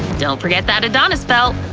don't forget that adonis belt!